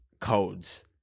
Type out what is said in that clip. codes